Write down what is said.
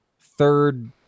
third